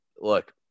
Look